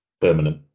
permanent